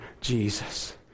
Jesus